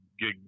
gig